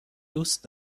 دوست